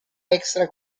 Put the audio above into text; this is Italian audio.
extra